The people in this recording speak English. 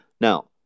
Now